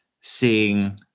seeing